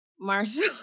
Marshall